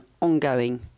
ongoing